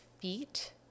feet